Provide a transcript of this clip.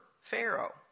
Pharaoh